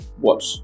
watch